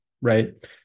right